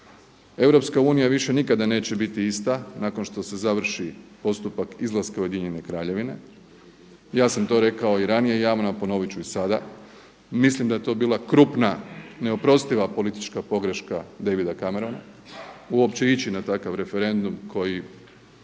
trenutka. EU više nikada neće biti ista nakon što se završi postupak izlaska Ujedinjene Kraljevine. Ja sam to rekao i ranije javno a ponovit ću i sada mislim da je to bila krupna neoprostiva politička pogreška Davida Camerona uopće ići na takva referendum koji